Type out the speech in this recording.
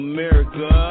America